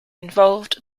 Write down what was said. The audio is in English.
involved